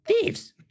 Thieves